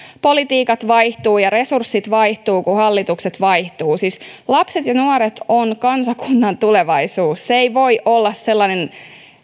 politiikat vaihtuvat ja resurssit vaihtuvat kun hallitukset vaihtuvat siis lapset ja nuoret ovat kansakunnan tulevaisuus se ei voi olla sellainen